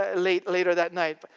ah later later that night.